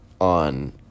on